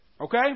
Okay